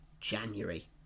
January